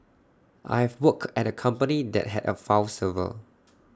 I've worked at A company that had A file server